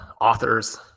authors